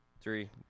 three